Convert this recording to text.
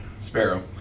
Sparrow